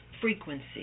frequency